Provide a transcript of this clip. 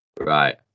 Right